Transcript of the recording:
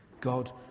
God